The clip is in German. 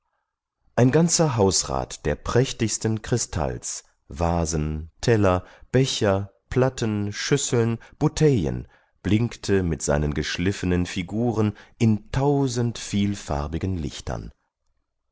ein ganzer hausrat der prächtigsten kristalls vasen teller becher platten schüsseln bouteillen blinkte mit seinen geschliffenen figuren in tausend vielfarbigen lichtern